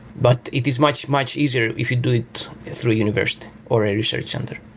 but it is much, much easier if you do it through a university or a research center.